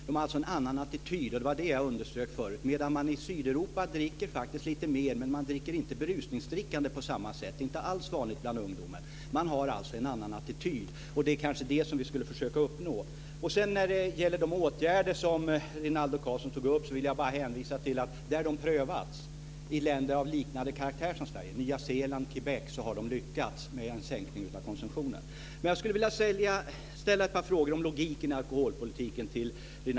De har alltså en annan attityd - det var det jag underströk förut - medan man i Sydeuropa faktiskt dricker lite mer, men där är det inte berusningsdrickande på samma sätt. Det är inte alls vanligt bland ungdomen. Man har alltså en annan attityd. Det kanske vi ska försöka uppnå. När det gäller de åtgärder som Rinaldo Karlsson tog upp vill jag bara hänvisa till att där de har prövats, i länder med liknande karaktär som Sverige, Nya Zeeland, Quebec i Kanada, har man lyckats med en sänkning av konsumtionen. Karlsson om logiken i alkoholpolitiken.